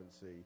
see